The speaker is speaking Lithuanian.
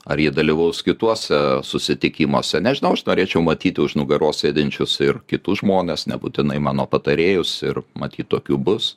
ar jie dalyvaus kituose susitikimuose nežinau aš norėčiau matyti už nugaros sėdinčius ir kitus žmones nebūtinai mano patarėjus ir matyt tokių bus